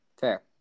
Fair